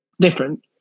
different